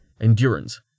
Endurance